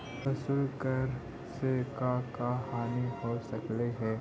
प्रशुल्क कर से का का हानि हो सकलई हे